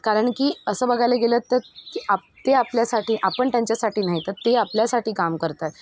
कारण की असं बघायला गेलं तर ते आप ते आपल्यासाठी आपण त्यांच्यासाठी नाही तर ते आपल्यासाठी काम करत आहेत